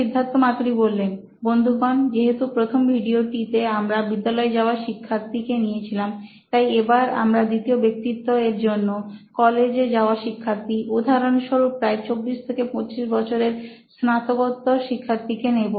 সিদ্ধার্থ মাতুরি বন্ধুগণ যেহেতু প্রথম ভিডিওটিতে আমরা বিদ্যালয় যাওয়া শিক্ষার্থী কে নিয়েছিলাম তাই এবার আমরা দ্বিতীয় ব্যক্তিত্ব এর জন্য কলেজ যাওয়া শিক্ষার্থী উদাহরণ স্বরূপ প্রায় 24 থেকে 25 বছরের স্নাতকোত্তর শিক্ষার্থীকে নেব